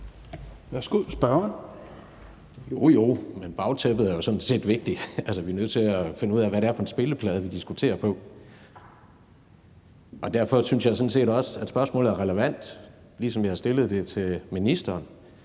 Jens Rohde (KD): Jo, jo, men bagtæppet er jo sådan set vigtigt. Altså, vi er nødt til at finde ud af, hvad det er for en spilleplade, vi diskuterer på. Derfor synes jeg sådan set også, at spørgsmålet er relevant, ligesom jeg også stillede det til ministeren.